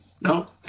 No